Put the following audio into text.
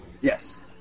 Yes